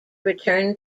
return